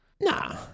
Nah